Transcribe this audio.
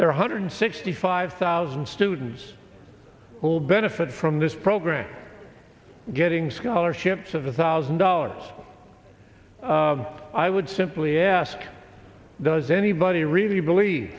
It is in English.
there are a hundred sixty five thousand students who will benefit from this program getting scholarships of a thousand dollars i would simply ask does anybody really believe